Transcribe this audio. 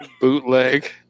Bootleg